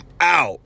out